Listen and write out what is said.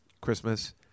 Christmas